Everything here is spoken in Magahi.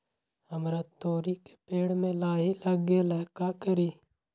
हमरा तोरी के पेड़ में लाही लग गेल है का करी?